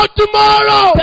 tomorrow